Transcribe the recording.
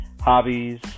hobbies